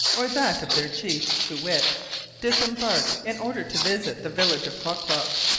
or that of their chief, too-wit, disembarked, in order to visit the village of klock-klock,